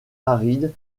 aride